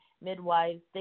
midwives